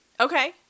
Okay